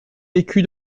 vécu